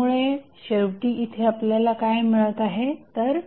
त्यामुळे शेवटी इथे आपल्याला काय मिळत आहे तर